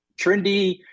trendy